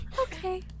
Okay